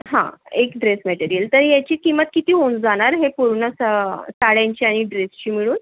हा एक dress material तर ह्याची किंमत किती होऊन जाणार हे पूर्ण साड्यांची आणि ड्रेसची मिळून